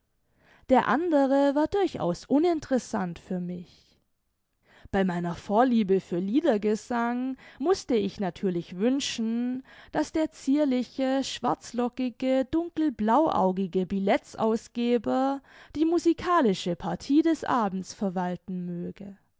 der andere war durchaus uninteressant für mich bei meiner vorliebe für liedergesang mußte ich natürlich wünschen daß der zierliche schwarzlockige dunkelblauaugige billets ausgeber die musikalische partie des abends verwalten möge